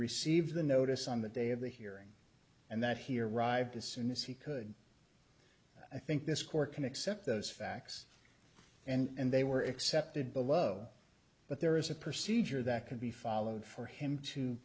received the notice on the day of the hearing and that here rived as soon as he could i think this court can accept those facts and they were accepted below but there is a procedure that could be followed for him to